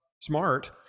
smart